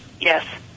yes